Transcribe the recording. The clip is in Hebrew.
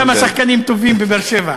יש כמה שחקנים טובים בבאר-שבע.